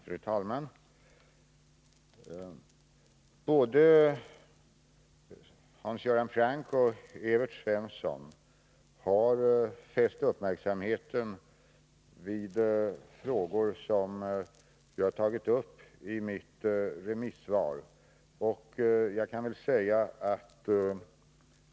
Fru talman! Både Hans Göran Franck och Evert Svensson har fäst uppmärksamheten på frågor som jag har tagit upp i mitt remissvar.